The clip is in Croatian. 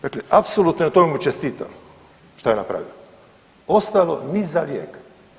Dakle, apsolutno mu na tome čestitam šta je napravio, ostalo ni za lijek.